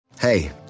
Hey